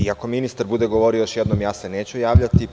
Ako ministar bude govorio još jednom, ja se neću javljati.